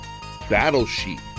Battlesheet